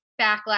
backlash